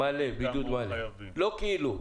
בידוד מלא, לא כאילו.